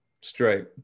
straight